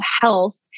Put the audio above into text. health